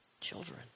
Children